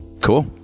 Cool